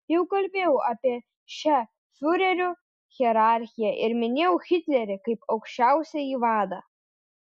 jau kalbėjau apie šią fiurerių hierarchiją ir minėjau hitlerį kaip aukščiausiąjį vadą